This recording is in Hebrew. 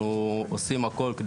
אנחנו עושים הכל.